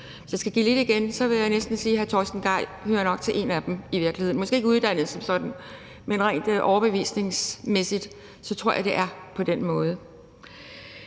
Hvis jeg skal give lidt igen, vil jeg næsten sige, at hr. Torsten Gejl i virkeligheden hører til en af dem. Han er måske ikke uddannet som sådan, men rent overbevisningsmæssigt tror jeg det er på den måde.